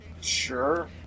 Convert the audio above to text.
Sure